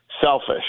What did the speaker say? selfish